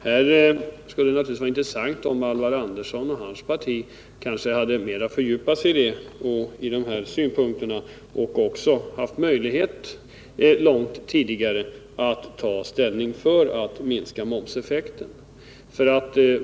Här skulle det naturligtvis ha varit intressant om Alvar Andersson och hans parti mera hade fördjupat sig i dessa synpunkter och haft möjlighet att långt tidigare ta ställning för att minska momseffekten.